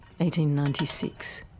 1896